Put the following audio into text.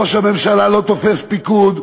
ראש הממשלה לא תופס פיקוד,